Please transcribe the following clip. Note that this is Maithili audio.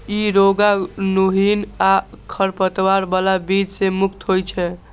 ई रोगाणुहीन आ खरपतवार बला बीज सं मुक्त होइ छै